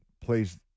plays